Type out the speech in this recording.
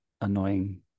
annoying